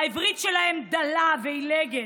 והעברית שלהם דלה ועילגת.